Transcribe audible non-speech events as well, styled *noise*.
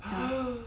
*breath*